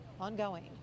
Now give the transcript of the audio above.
ongoing